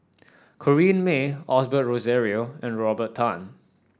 Corrinne May Osbert Rozario and Robert Tan